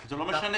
זה לא משנה.